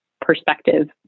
perspective